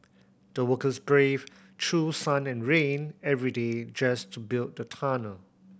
the workers braved through sun and rain every day just to build the tunnel